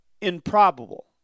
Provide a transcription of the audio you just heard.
improbable